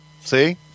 See